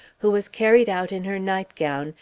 who was carried out in her nightgown,